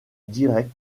direct